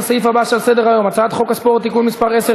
לסעיף הבא שעל סדר-היום: הצעת חוק הספורט (תיקון מס' 10),